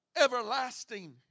everlasting